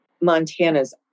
Montana's